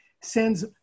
sends